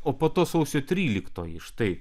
o po to sausio tryliktoji štai